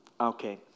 okay